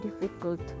difficult